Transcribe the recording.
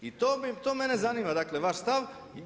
I to mene zanima, dakle vaš stav.